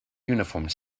uniforms